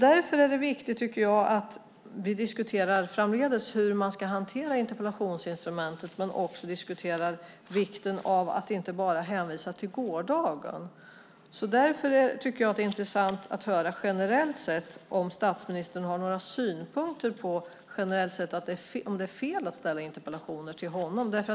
Därför tycker jag att det är viktigt att vi framdeles diskuterar hur man ska hantera interpellationsinstrumentet men också diskuterar vikten av att inte bara hänvisa till gårdagen. Därför tycker jag att det är intressant att höra om statsministern har några synpunkter generellt sett om det är fel att ställa interpellationer till honom.